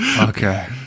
Okay